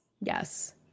Yes